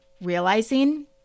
realizing